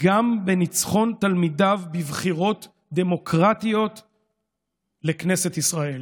גם בניצחון תלמידיו בבחירות דמוקרטיות לכנסת ישראל.